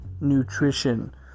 Nutrition